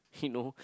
he know